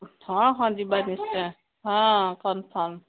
ହଁ ହଁ ଯିବା ନିଶ୍ଚୟ ହଁ କନଫର୍ମ୍